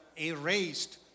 erased